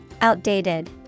outdated